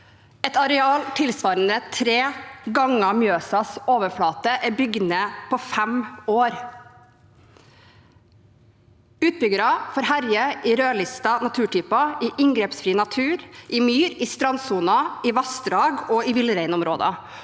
Et areal tilsvarende tre ganger Mjøsas overflate er bygd ned på fem år. Utbyggere får herje i rødlistede naturtyper i inngrepsfri natur, i myr, i strandsonen, i vassdrag og i villreinområder.